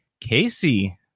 Casey